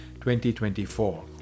2024